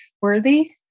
worthy